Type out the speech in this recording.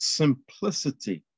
simplicity